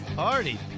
party